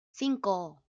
cinco